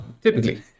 Typically